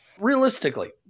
realistically